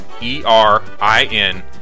E-R-I-N